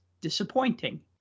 disappointing